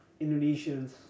Indonesians